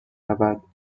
رود